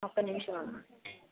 ఒక్క నిమిషమమ్మా